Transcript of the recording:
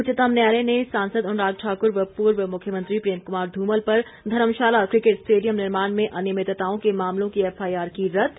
उच्चतम न्यायालय ने सांसद अनुराग ठाकुर व पूर्व मुख्यमंत्री प्रेम कुमार धूमल पर धर्मशाला क्रिकेट स्टेडियम निर्माण में अनियमितताओं के मामलों की एफआईआर की रद्द